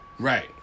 Right